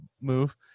move